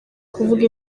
kuvuga